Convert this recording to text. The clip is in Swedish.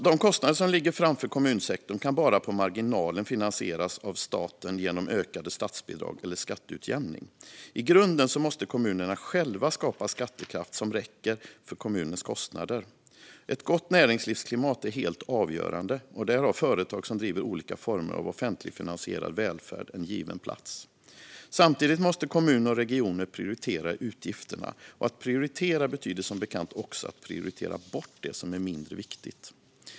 De kostnader som ligger framför kommunsektorn kan bara på marginalen finansieras av staten genom ökade statsbidrag eller skatteutjämning. I grunden måste kommunerna själva skapa skattekraft som räcker för kommunens kostnader. Ett gott näringslivsklimat är helt avgörande, och där har företag som driver olika former av offentligfinansierad välfärd en given plats. Samtidigt måste kommuner och regioner prioritera utgifterna. Och att prioritera betyder som bekant också att prioritera bort det som är mindre viktigt.